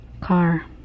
Car